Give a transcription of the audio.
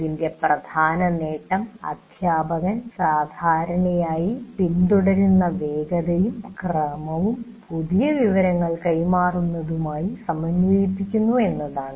ഇതിന്റെ പ്രധാന നേട്ടം അദ്ധ്യാപകൻ സാധാരണയായി പിന്തുടരുന്ന വേഗതയും ക്രമവും പുതിയ വിവരങ്ങൾ കൈമാറുന്നതുമായി സമന്വയിപ്പിക്കുന്നു എന്നതാണ്